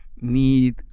need